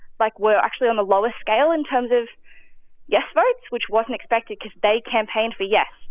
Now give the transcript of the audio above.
like, were actually on the lowest scale in terms of yes votes, which wasn't expected because they campaigned for yes.